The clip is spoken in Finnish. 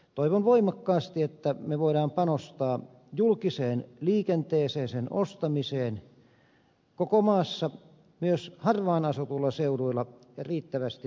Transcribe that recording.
toivon voimakkaasti että me voimme panostaa julkiseen liikenteeseen sen ostamiseen koko maassa myös harvaanasutuilla seuduilla riittävästi voimavaroja